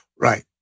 Right